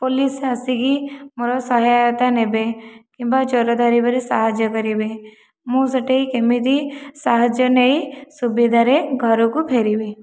police ଆସିକି ମୋ'ର ସହାୟତା ନେବେ କିମ୍ବା ଚୋର ଧରିବାରେ ସାହାଯ୍ୟ କରିବେ ମୁଁ ସେଠି କେମିତି ସାହାଯ୍ୟ ନେଇ ସୁବିଧାରେ ଘରକୁ ଫେରିବି